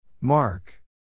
Mark